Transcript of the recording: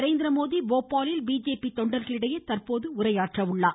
நரேந்திரமோடி போபாலில் பிஜேபி தொண்டர்களிடையே தற்போது உரையாற்றுகிறார்